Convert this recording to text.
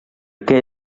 què